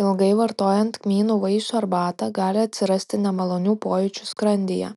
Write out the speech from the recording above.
ilgai vartojant kmynų vaisių arbatą gali atsirasti nemalonių pojūčių skrandyje